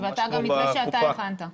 המתווה שאתה הכנת.